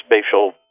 spatial